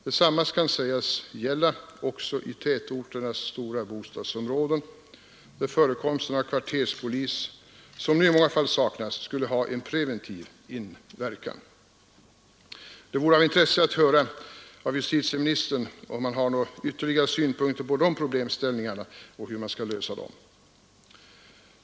Detsamma kan sägas gälla också i tätorternas stora bostadsområden, där förekomsten av kvarterspolis, som nu i många fall saknas, skulle ha en preventiv inverkan. Det vore av intresse att höra av justitieministern om han har några ytterligare synpunkter på de problemställningarna och hur man skall lösa dem.